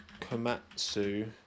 Komatsu